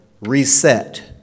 reset